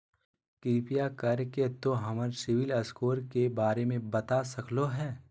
कृपया कर के तों हमर सिबिल स्कोर के बारे में बता सकलो हें?